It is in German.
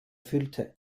füllte